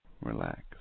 Relax